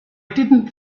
didn’t